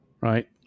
right